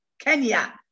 Kenya